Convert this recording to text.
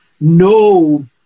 no